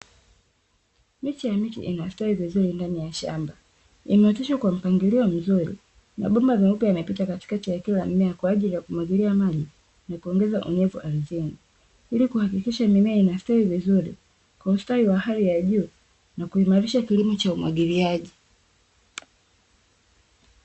Miche ya miti inastawi vizuri ndani ya shamba. Imeooteshwa kwa mpangilio mzur,i mabomba meupe yamepita katikati ya kila mmea kwa ajili ya kumwagilizia maji na kuongeza unyevu ardhini. Ili kuhakikisha mimea inastawi vizuri kwa ustawi wa hali ya juu na kuimalisha kilimo cha umwagiliaji.